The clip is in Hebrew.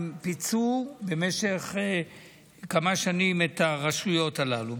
הם פיצו במשך כמה שנים את הרשויות הללו.